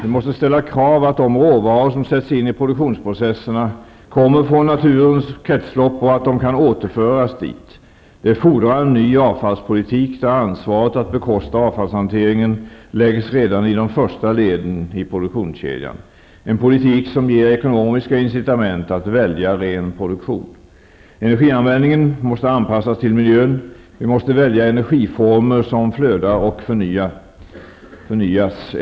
Vi måste ställa krav på att de råvaror som sätts in i produktionsprocesserna kommer från naturens kretslopp och kan återföras dit. Det fordrar en ny avfallspolitik, där ansvaret för detta med att bekosta avfallshanteringen läggs redan i de första leden i produktionskedjan -- en politik som ger ekonomiska incitament att välja ren produktion. Energianvändningen måste anpassas till miljön. Vi måste välja energiformer som så att säga flödar och förnyas.